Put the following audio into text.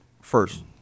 first